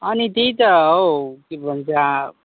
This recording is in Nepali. अनि त्यही त हौ के भन्छ